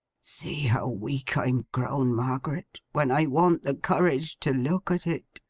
see how weak i'm grown, margaret, when i want the courage to look at it!